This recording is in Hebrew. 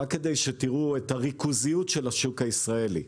תראו את הריכוזיות של השוק הישראלי,